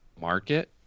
market